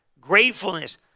Gratefulness